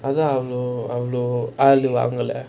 அதான் அவ்ளோ அவ்ளோ ஆளு வாங்கல:athaan avlo avlo aalu vaangala